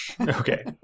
okay